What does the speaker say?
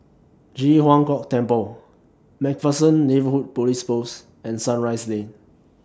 Ji Huang Kok Temple MacPherson Neighbourhood Police Post and Sunrise Lane